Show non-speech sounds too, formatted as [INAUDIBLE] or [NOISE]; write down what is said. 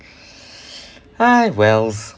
[BREATH] [BREATH] well